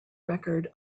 record